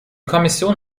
kommission